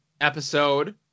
episode